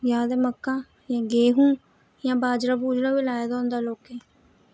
जां ते मक्कां जां गेहूं जां बाजरा बूजरा बी लाए दा होंदा लोकें